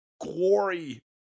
glory